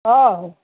ହଁ